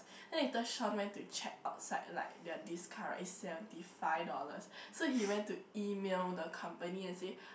then later Shawn went to check outside like their discount is seventy five dollars so he went to e-mail the company and say